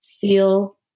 feel